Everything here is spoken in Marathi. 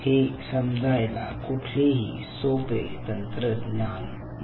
हे समजायला कुठलेही सोपे तंत्रज्ञान नाही